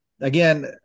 Again